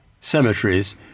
cemeteries